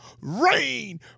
Rain